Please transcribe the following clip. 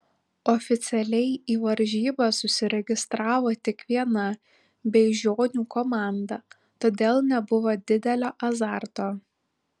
oficialiai į varžybas užsiregistravo tik viena beižionių komanda todėl nebuvo didelio azarto